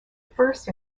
first